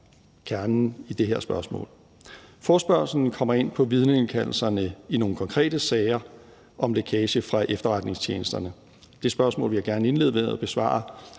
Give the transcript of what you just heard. kernen i det her spørgsmål. Forespørgslen kommer ind på vidneindkaldelserne i nogle konkrete sager om lækage fra efterretningstjenesterne. Det spørgsmål vil jeg gerne indlede med at besvare,